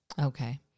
Okay